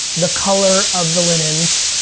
the color of the linens,